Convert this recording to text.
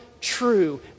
true